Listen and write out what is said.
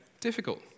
difficult